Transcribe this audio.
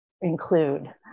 include